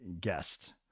guest